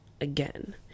again